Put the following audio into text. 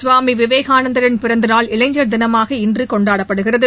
சுவாமி விவேகானந்தரின் பிறந்த நாள் இளைஞர் தினமாக இன்று கொண்டாடப்படுகிறது